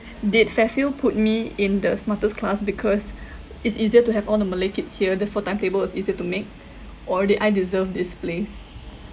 did fairfield put me in the smartest class because it's easier to have all the malay kids here therefore timetable is easier to make or did I deserve this place